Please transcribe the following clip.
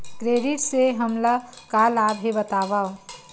Credit से हमला का लाभ हे बतावव?